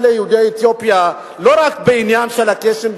ליהודי אתיופיה לא רק בעניין של הקייסים,